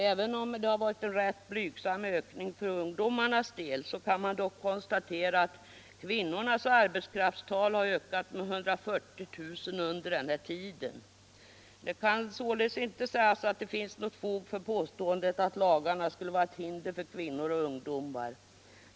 Även om ungdomarna har en rätt blygsam ökning kan man konstatera att kvinnornas arbetskraftstal har ökat med 140 000 under denna tid. Det kan således inte sägas att det finns något fog för påståendet att lagarna skulle vara ett hinder för kvinnor och ungdomar.